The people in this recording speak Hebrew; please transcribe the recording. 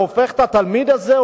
זה הופך את התלמיד הזה,